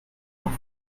auch